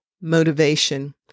motivation